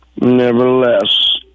Nevertheless